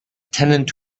tenant